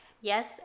yes